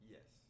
Yes